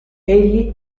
egli